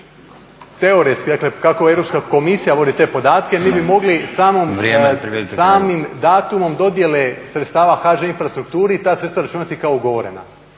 teoretski, dakle kako Europska komisija vodi te podatke mi bi mogli samim datumom dodjele sredstava HŽ infrastrukturi i ta sredstva računati kao ugovorena.